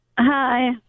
Hi